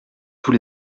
tous